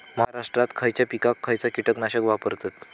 महाराष्ट्रात खयच्या पिकाक खयचा कीटकनाशक वापरतत?